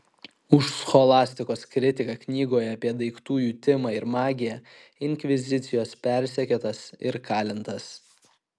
už scholastikos kritiką knygoje apie daiktų jutimą ir magiją inkvizicijos persekiotas ir kalintas